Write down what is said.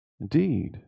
Indeed